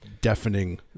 deafening